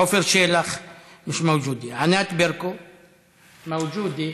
ענת ברקו (הליכוד):